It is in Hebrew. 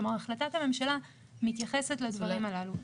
כלומר, החלטת הממשלה מתייחסת לדברים הללו.